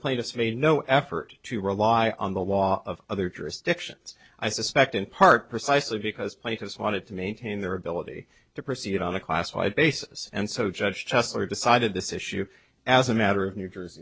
plaintiffs made no effort to rely on the law of other jurisdictions i suspect in part precisely because places wanted to maintain their ability to proceed on a class wide basis and so judge kessler decided this issue as a matter of new jersey